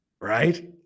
right